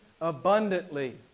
Abundantly